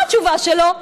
מה התשובה שלו?